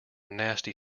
nasty